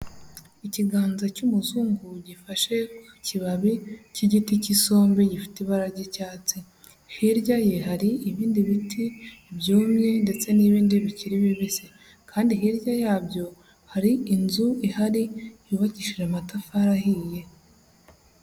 Ikiganza cy'umuzungu gifashe ku kibabi cy'igiti cy'isombe gifite ibara ry'icyatsi, hirya ye hari ibindi biti byumye ndetse n'ibindi bikiri bibisi kandi hirya yabyo hari inzu ihari yubakishije amatafari ahiye.